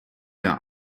der